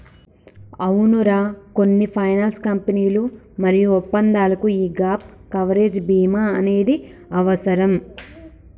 అవునరా కొన్ని ఫైనాన్స్ కంపెనీలు మరియు ఒప్పందాలకు యీ గాప్ కవరేజ్ భీమా అనేది అవసరం